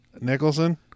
Nicholson